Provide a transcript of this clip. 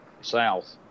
south